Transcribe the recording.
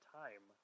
time